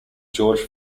george